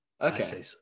Okay